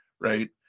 right